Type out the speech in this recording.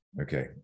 okay